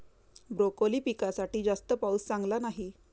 broccoli पिकासाठी जास्त पाऊस चांगला नाही